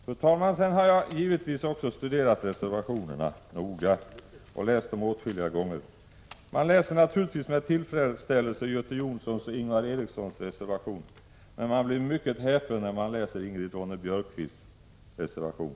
Fru talman! Jag har givetvis också studerat reservationerna noga och läst dem åtskilliga gånger. Man läser naturligtvis med tillfredsställelse Göte Jonssons och Ingvar Erikssons reservation, men man blir mycket häpen när man läser Ingrid Ronne-Björkqvists reservation.